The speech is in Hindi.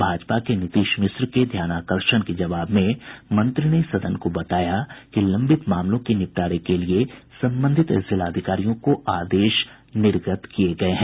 भाजपा के नीतीश मिश्र के ध्यानाकर्षण के जवाब में मंत्री ने सदन को बताया कि लंबित मामलों के निपटारे के लिए संबंधित जिलाधिकारियों को आदेश निर्गत किये गये हैं